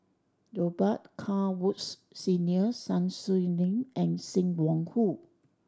Robet Carr Woods Senior Sun Xueling and Sim Wong Hoo